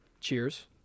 cheers